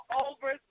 over